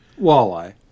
walleye